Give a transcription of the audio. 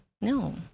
no